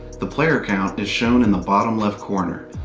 the player count is shown in the bottom left corner.